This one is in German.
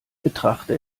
betrachte